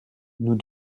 nous